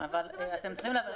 אבל אתם צריכים להבין.